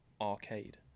Arcade